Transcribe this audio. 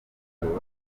ahubwo